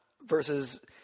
versus